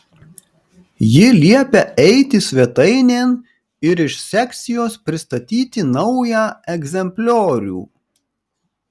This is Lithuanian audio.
ji liepia eiti svetainėn ir iš sekcijos pristatyti naują egzempliorių